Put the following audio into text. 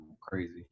crazy